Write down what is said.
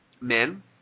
men